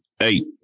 eight